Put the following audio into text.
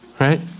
right